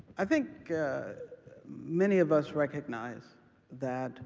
i think many of us recognize that